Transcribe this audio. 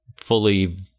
fully